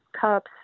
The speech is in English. cups